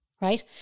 Right